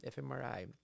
fMRI